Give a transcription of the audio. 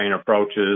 approaches